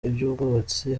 iby’ubwubatsi